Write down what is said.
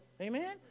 Amen